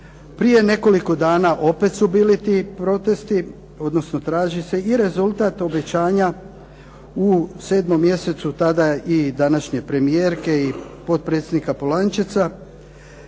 prije nekoliko dana opet su bili ti protesti, odnosno traži se i rezultat obećanja u 7 mj. tada i današnje premijerke i potpredsjednika Polančeca